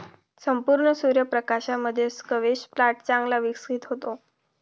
संपूर्ण सूर्य प्रकाशामध्ये स्क्वॅश प्लांट चांगला विकसित होतो